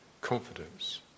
confidence